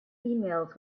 emails